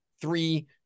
three